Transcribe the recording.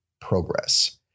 progress